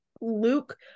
Luke